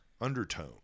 undertone